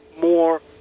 more